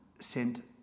sent